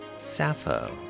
Sappho